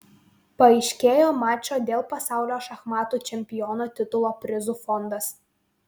paaiškėjo mačo dėl pasaulio šachmatų čempiono titulo prizų fondas